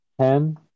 Ten